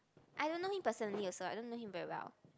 I don't know him personally also I don't know him very well